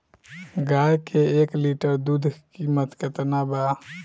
गाय के एक लीटर दूध कीमत केतना बा?